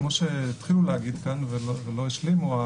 כפי שהתחילו להגיד כאן ולא השלימו,